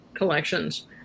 collections